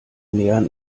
nähern